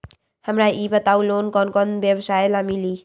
हमरा ई बताऊ लोन कौन कौन व्यवसाय ला मिली?